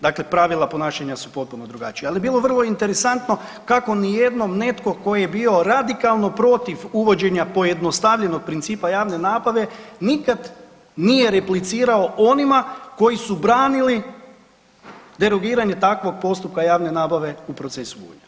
Dakle, pravila ponašanja su potpuno drugačija, ali je bilo vrlo interesantno kako ni jednom netko tko je bio radikalno protiv uvođenja pojednostavljenog principa javne nabave nikad nije replicirao onima koji su branili derogiranje takvog postupka javne nabave u procesu Gunja.